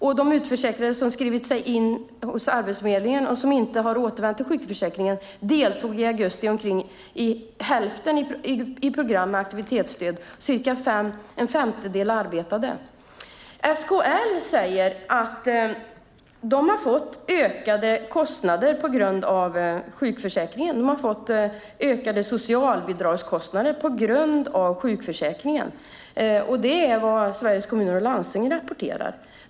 Av de utförsäkrade som skrivit in sig hos Arbetsförmedlingen och inte återvänt till sjukförsäkringen deltog i augusti hälften i program med aktivitetsstöd och cirka en femtedel arbetade. SKL säger att de har fått ökade socialbidragskostnader på grund av sjukförsäkringen. Det rapporterar Sveriges Kommuner och Landsting.